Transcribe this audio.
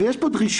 יש פה דרישה